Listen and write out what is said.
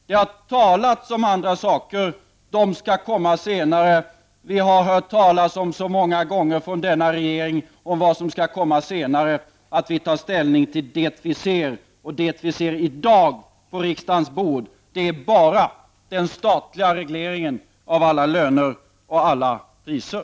Det har talats om andra saker. Det skall komma förslag senare. Från denna regering har vi så många gånger hört talas om vad som skall komma senare att vi tar ställning till det vi ser — och det vi ser i dag på riksdagens bord är bara den statliga regleringen av alla löner och av alla priser.